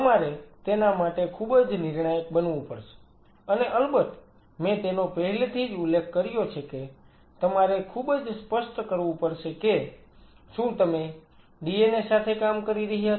તમારે તેના માટે ખૂબ જ નિર્ણાયક બનવું પડશે અને અલબત્ત મેં તેનો પહેલેથી જ ઉલ્લેખ કર્યો છે કે તમારે ખૂબ જ સ્પષ્ટ કરવું પડશે કે શું તમે DNA સાથે કામ કરી રહ્યા છો